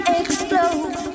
explode